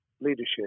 leadership